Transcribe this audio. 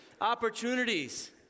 opportunities